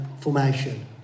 formation